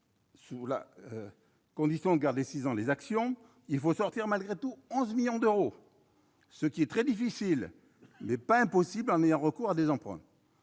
le pacte Dutreil, en gardant six ans les actions, il faut acquitter malgré tout 11 millions d'euros, ce qui est très difficile, mais pas impossible en ayant recours à des emprunts.